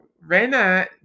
Rena